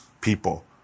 people